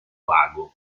vago